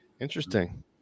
interesting